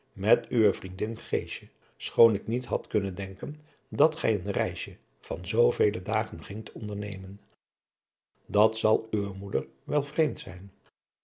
met uwe vriendin geesje schoon ik niet had kunnen denken dat gij een reisje van zoovele dagen gingt ondernemen dat zal uwe moeder wel vreemd zijn